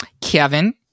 Kevin